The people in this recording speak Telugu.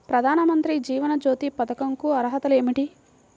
ప్రధాన మంత్రి జీవన జ్యోతి పథకంకు అర్హతలు ఏమిటి?